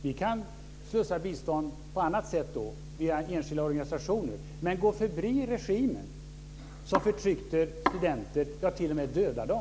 Vi kan i så fall slussa bistånd på annat sätt, t.ex. via en enskild organisation. Men vi ska gå förbi den regim som förtrycker studenter - ja, t.o.m. dödar dem!